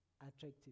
attractive